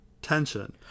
Tension